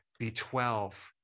B12